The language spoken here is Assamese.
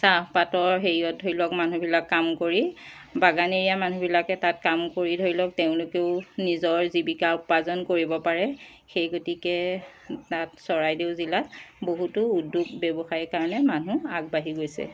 চাহপাতৰ হেৰিত ধৰি লওক মানুহবিলাক কাম কৰি বাগানীয়া মানুহবিলাকে তাত কাম কৰি ধৰি লক তেওঁলোকেও নিজৰ জীৱিকা উপাৰ্জন কৰিব পাৰে সেই গতিকে তাত চৰাইদেও জিলাত বহুতো উদ্যোগ ব্যৱসায় কাৰণে মানুহ আগবাঢ়ি গৈছে